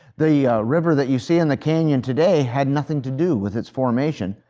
the river that you see in the canyon today had nothing to do with its formation,